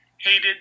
hated